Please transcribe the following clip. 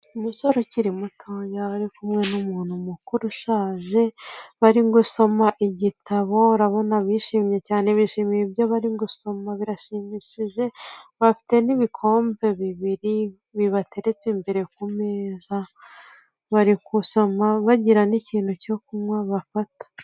Umusore ukiri mutoya ari kumwe n'umuntu mukuru ushaje, bari gusoma igitabo urabona bishimye cyane bishimiye ibyo bari gusoma birashimishije, bafite n'ibikombe bibiri bibateretse imbere ku meza, bari gusoma bagira n'ikintu cyo kunkwa bafata.